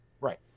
Right